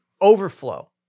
overflow